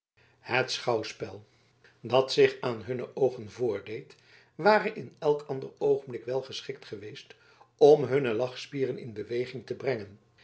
het schouwspel dat zich aan hun oogen voordeed ware in elk ander oogenblik wel geschikt geweest om hunne lachspieren in beweging te brengen